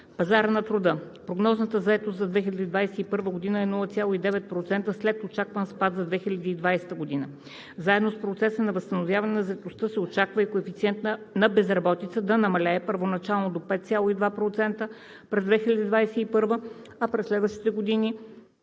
Пазар на труда Прогнозираната заетост за 2021 г. е 0,9% след очакван спад за 2020 г. Заедно с процеса на възстановяване на заетостта се очаква и коефициентът на безработица да намалее първоначално до 5,2% през 2021 г., а през следващите години